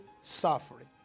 suffering